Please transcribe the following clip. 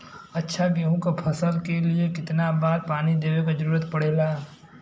अच्छा गेहूँ क फसल के लिए कितना बार पानी देवे क जरूरत पड़ेला?